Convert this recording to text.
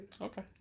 Okay